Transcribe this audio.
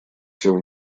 все